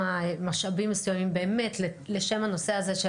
משאבים מסוימים באמת לשם הנושא הזה של